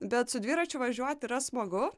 bet su dviračiu važiuot yra smagu